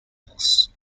loss